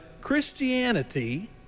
Christianity